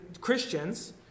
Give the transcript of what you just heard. Christians